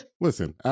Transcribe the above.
Listen